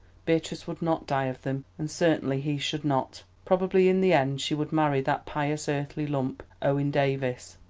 beatrice would not die of them, and certainly he should not. probably in the end she would marry that pious earthly lump, owen davies.